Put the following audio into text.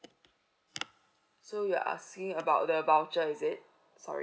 so you're asking about the voucher is it sorry